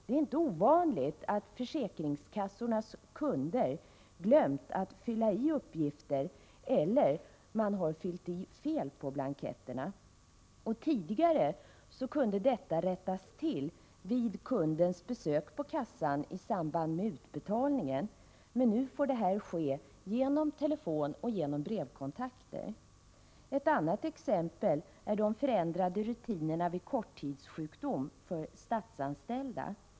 Det är inte ovanligt att försäkringskassornas kunder glömt att fylla i uppgifter eller fyllt i fel på blanketterna. Tidigare kunde detta rättas till vid kundens besök på kassan i samband med utbetalningen, men nu får det ske genom telefonoch brevkontakter. Ett annat exempel är de förändrade rutinerna vid korttidssjukdom för statsanställda.